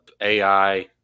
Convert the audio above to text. AI